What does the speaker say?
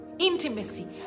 intimacy